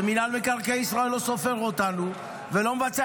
ומינהל מקרקעי ישראל לא סופר אותנו ולא מבצע